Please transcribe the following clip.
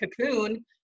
cocoon